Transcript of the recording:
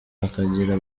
hakagira